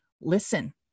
listen